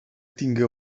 tinga